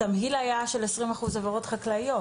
התמהיל היה של 20% עבירות חקלאיות.